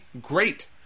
great